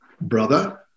brother